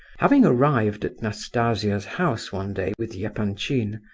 having arrived at nastasia's house one day, with yeah epanchin,